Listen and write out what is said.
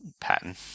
pattern